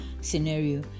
scenario